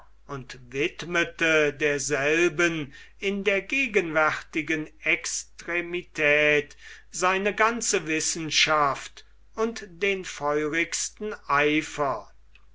und widmete derselben in der gegenwärtigen extremität seine ganze wissenschaft und den feurigsten eifer